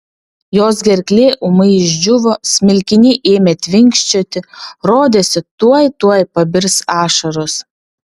jos gerklė ūmai išdžiūvo smilkiniai ėmė tvinkčioti rodėsi tuoj tuoj pabirs ašaros